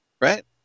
Right